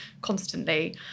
constantly